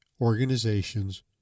organizations